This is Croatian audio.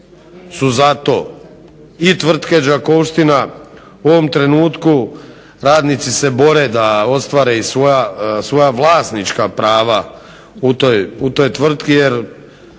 su za to i tvrtke "Đakovština", u ovom trenutku radnici se bore da ostvare i svoja vlasnička prava u toj tvrtki jer